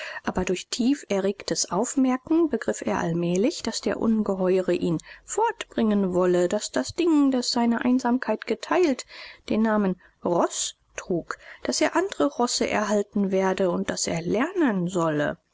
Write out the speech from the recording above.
aber durch tieferregtes aufmerken begriff er allmählich daß der ungeheure ihn fortbringen wolle daß das ding das seine einsamkeit geteilt den namen roß trug daß er andre rosse erhalten werde und daß er lernen solle